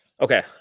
Okay